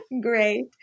Great